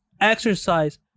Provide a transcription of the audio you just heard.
exercise